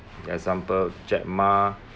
example jack ma